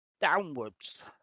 Downwards